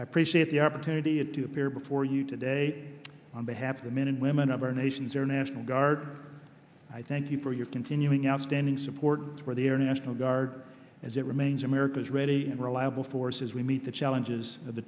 i appreciate the opportunity to appear before you today on behalf of the men and women of our nation's air national guard i thank you for your continuing outstanding support for the air national guard as it remains america's ready and reliable forces we meet the challenges of the